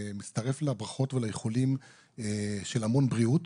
אני מצטרף לברכות ולאיחולים של המון בריאות,